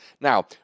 Now